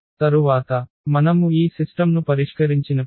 తరువాత మనము ఈ సిస్టమ్ను పరిష్కరించినప్పుడు